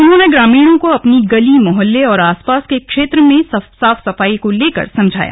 उन्होंने ग्रामीणों को अपने गली मोहल्ले और आसपास के क्षेत्र में साफ सफाई को लेकर समझाया